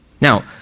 Now